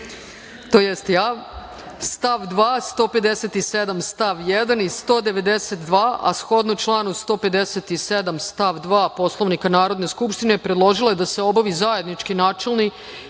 čl. 92. stav 2, 157. stav 1. i 192, a shodno članu 157. stav 2. Poslovnika Narodne skupštine, predložila je da se obavi zajednički načelni